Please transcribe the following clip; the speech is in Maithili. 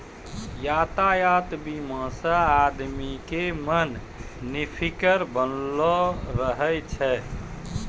यातायात बीमा से आदमी के मन निफिकीर बनलो रहै छै